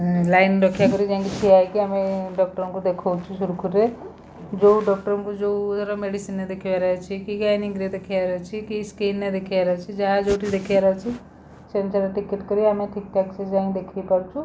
line ରକ୍ଷା କରି ଯାଇଁକି ଠିଆ ହେଇକି ଆମେ ଡକ୍ଟର୍ ଙ୍କୁ ଦେଖଉଛୁ ସୁରୁଖୁରୁରେ ଯେଉଁ ଡକ୍ଟର୍ ଙ୍କୁ ଯେଉଁ ଧର ମେଡ଼ିସିନ୍ରେ ଦେଖେଇବାରେ ଅଛି କି ଗାଇନିଙ୍ଗ୍ରେ ଦେଖେଇବାର ଅଛି କି ସ୍କିନ୍ରେ ଦେଖେଇବାର ଅଛି ଯାହା ଯେଉଁଠି ଦେଖେଇବାର ଅଛି ସେ ଅନୁସାରରେ ଟିକେଟ୍ କରି ଆମେ ଠିକ୍ ଠାକ୍ ସେ ଯାଇଁ ଦେଖେଇପାରୁଛୁ